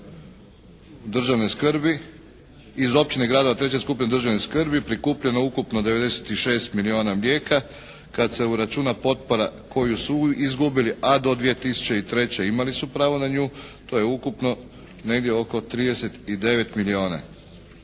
iz općina i gradova treće skupine državne skrbi prikupljeno je ukupno 96 milijuna mlijeka, kada se uračuna potpora koju su izgubili, a do 2003. imali su pravo na nju, to je ukupno negdje oko 39 milijuna.